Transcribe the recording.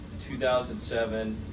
2007